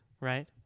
Right